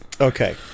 Okay